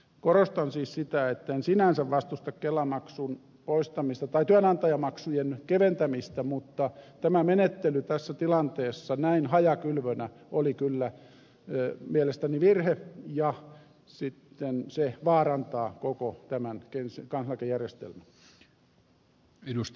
korostan siis sitä etten sinänsä vastusta työnantajamaksujen keventämistä mutta tämä menettely tässä tilanteessa näin hajakylvönä oli kyllä mielestäni virhe ja se vaarantaa koko tämän kansaneläkejärjestelmän